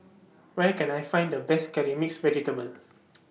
Where Can I Find The Best Curry Mixed Vegetable